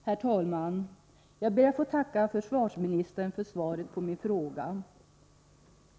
Herr talman! Jag ber att få tacka försvarsministern för svaret på min fråga.